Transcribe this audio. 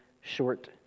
short